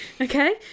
Okay